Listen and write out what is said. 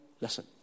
listen